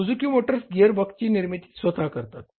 Suzuki Motors gear बॉक्सची निर्मिती स्वत करतात